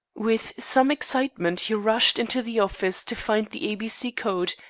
with some excitement he rushed into the office to find the a b c code,